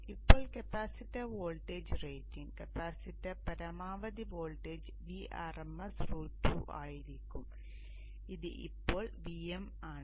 ഇപ്പോൾ capacitor voltage rating കപ്പാസിറ്ററിന്റെ പരമാവധി വോൾട്ടേജ് V rms √2 ആയിരിക്കും ഇത് ഇപ്പോൾ Vm ആണ്